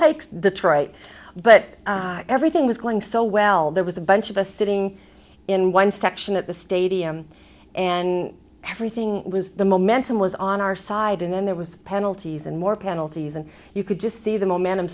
take detroit but everything was going so well there was a bunch of us sitting in one section at the stadium and everything was the momentum was on our side and then there was penalties and more penalties and you could just see the momentum